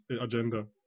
agenda